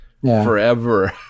forever